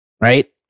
Right